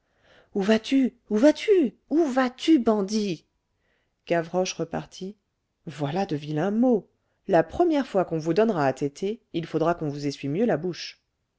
où vas-tu où vas-tu où vas-tu bandit gavroche repartit voilà de vilains mots la première fois qu'on vous donnera à téter il faudra qu'on vous essuie mieux la bouche